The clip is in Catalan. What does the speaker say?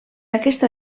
aquesta